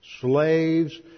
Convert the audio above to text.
slaves